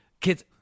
Kids